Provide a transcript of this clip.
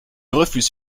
refuse